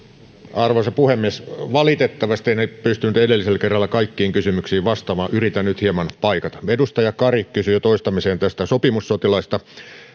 arvoisa puhemies valitettavasti en pystynyt edellisellä kerralla kaikkiin kysymyksiin vastaamaan yritän nyt hieman paikata edustaja kari kysyi jo toistamiseen näistä sopimussotilaista